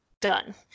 done